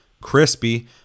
crispy